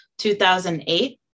2008